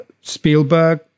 Spielberg